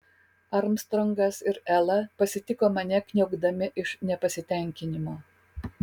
armstrongas ir ela pasitiko mane kniaukdami iš nepasitenkinimo